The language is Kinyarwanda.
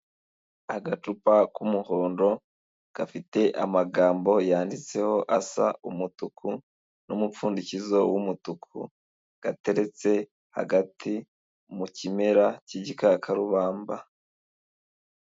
Agacupa k'umuhondo, gafite amagambo yanditseho asa umutuku, n'umupfundikizo w'umutuku, gateretse hagati mu kimera cy'igikakarubamba.